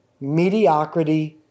mediocrity